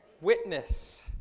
witness